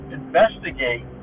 investigate